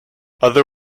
other